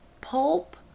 Pulp